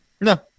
No